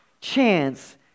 chance